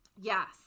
Yes